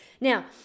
Now